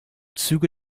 züge